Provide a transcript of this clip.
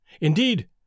Indeed